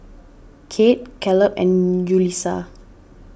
Kate Caleb and Yulisa